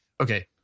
Okay